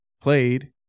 played